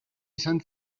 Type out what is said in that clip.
izan